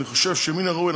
אני חושב שמן הראוי,